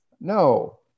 No